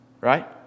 Right